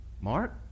Mark